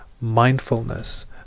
mindfulness